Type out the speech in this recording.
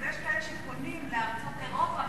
אז יש כאלה שפונים לארצות אירופה,